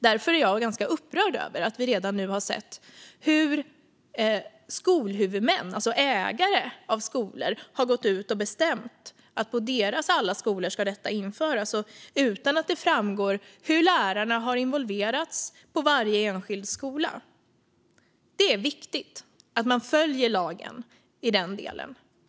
Därför är jag ganska upprörd över att redan nu ha sett hur skolhuvudmän, alltså ägare av skolor, har gått ut och bestämt att detta ska införas på alla deras skolor utan att det framgår hur lärarna har involverats på varje enskild skola. Det är viktigt att man följer lagen i den delen.